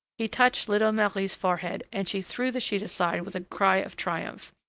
he touched little marie's forehead, and she threw the sheet aside with a cry of triumph.